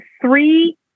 three